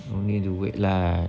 no need to wait lah